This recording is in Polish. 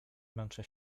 męczę